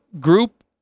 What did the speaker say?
group